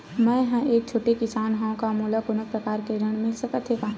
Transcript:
मै ह एक छोटे किसान हंव का मोला कोनो प्रकार के ऋण मिल सकत हे का?